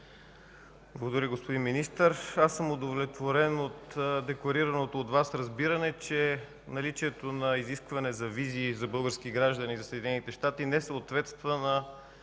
Благодаря, господин Министър. Удовлетворен съм от декларираното от Вас разбиране, че наличието за изискване на визи за българските граждани за Съединените щати несъответства на